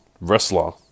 wrestler